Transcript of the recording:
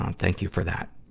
um thank you for that.